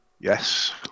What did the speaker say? Yes